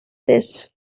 this